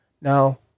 Now